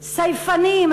סייפנים,